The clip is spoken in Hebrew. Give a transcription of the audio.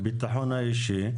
הביטחון האישי,